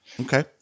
okay